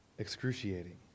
excruciating